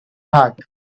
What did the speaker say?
heart